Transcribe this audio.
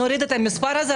נוריד את המספר הזה.